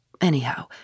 Anyhow